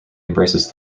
embraces